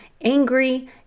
angry